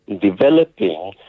developing